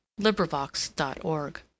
LibriVox.org